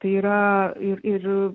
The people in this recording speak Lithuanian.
tai yra ir ir